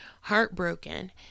heartbroken